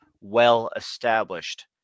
well-established